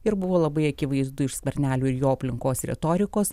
ir buvo labai akivaizdu iš skvernelio ir jo aplinkos retorikos